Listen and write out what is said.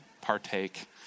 partake